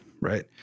right